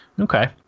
Okay